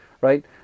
right